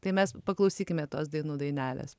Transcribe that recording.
tai mes paklausykime tos dainų dainelės